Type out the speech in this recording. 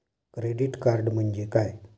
Credit card म्हणजे काय?